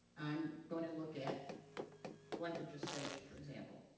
i'm going to look at length of gestation for example.